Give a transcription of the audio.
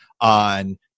on